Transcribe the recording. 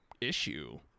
issue